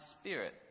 spirit